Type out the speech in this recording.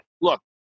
look